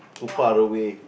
too far away